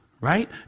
Right